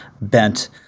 bent